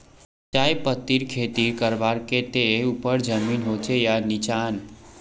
चाय पत्तीर खेती करवार केते ऊपर जमीन होचे या निचान?